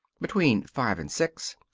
between five and six,